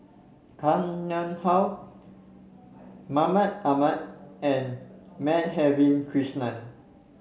Koh Nguang How Mahmud Ahmad and Madhavi Krishnan